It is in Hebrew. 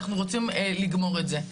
אנחנו רוצים לגמור את זה.